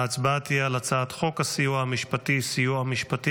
ההצבעה תהיה על הצעת חוק הסיוע המשפטי (סיוע משפטי